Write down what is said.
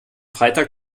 freitag